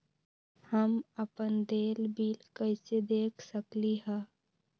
हम अपन देल बिल कैसे देख सकली ह?